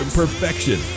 perfection